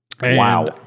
Wow